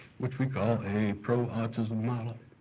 which we call a pro-autism model.